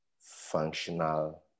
functional